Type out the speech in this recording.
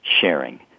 sharing